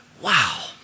wow